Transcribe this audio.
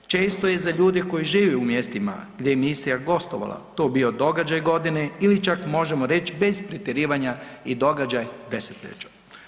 Često je za ljude koji žive u mjestima gdje je emisija gostovala to bio događaj godine ili čak možemo reći bez pretjerivanja, i događaj desetljeća.